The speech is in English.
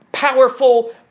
powerful